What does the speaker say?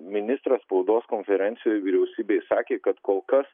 ministras spaudos konferencijoj vyriausybėj sakė kad kol kas